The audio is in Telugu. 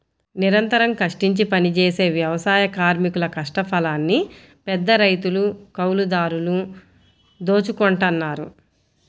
నిరంతరం కష్టించి పనిజేసే వ్యవసాయ కార్మికుల కష్టఫలాన్ని పెద్దరైతులు, కౌలుదారులు దోచుకుంటన్నారు